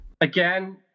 Again